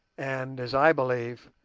and, as i believe,